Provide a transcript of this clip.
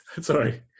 sorry